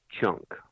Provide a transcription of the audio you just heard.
chunk